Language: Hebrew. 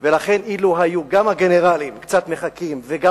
אילו גם הגנרלים היו קצת מחכים וגם הרבנים,